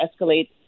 escalate